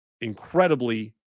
incredibly